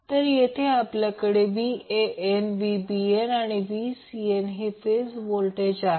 तर येथे आपल्याकडे Van Vbn आणि Vcn हे फेज व्होल्टेज आहेत